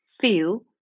feel